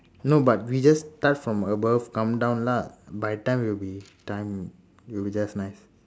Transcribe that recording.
no but we just start from above come down lah by the time will be time will be just nice